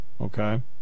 Okay